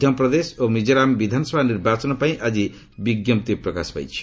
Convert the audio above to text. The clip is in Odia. ମଧ୍ୟପ୍ରଦେଶ ଓ ମିକୋରାମ୍ ବିଧାନସଭା ନିର୍ବାଚନ ପାଇଁ ଆଜି ବିଜ୍ଞପ୍ତି ପ୍ରକାଶ ପାଇଛି